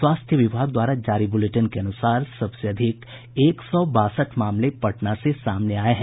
स्वास्थ्य विभाग द्वारा जारी बुलेटिन के अनुसार सबसे अधिक एक सौ बासठ मामले पटना से सामने आये हैं